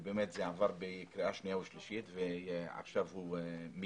וזה באמת עבר בקריאה שנייה ושלישית ועכשיו הוא מיושם.